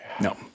No